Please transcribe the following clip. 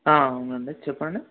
ఔనండి చెప్పండి